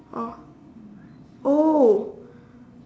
oh oh